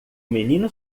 menino